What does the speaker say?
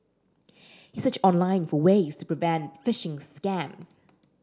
he searched online for ways to prevent phishing scams